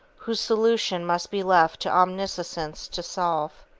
whose solution must be left to omniscience to solve.